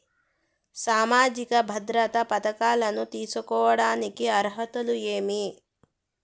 సామాజిక భద్రత పథకాలను తీసుకోడానికి అర్హతలు ఏమి?